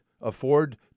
afford